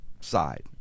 side